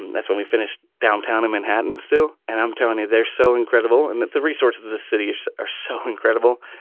and that's when we finished downtown in manhattan still. and i'm telling you, they're so incredible. and the resources, the cities are so incredible.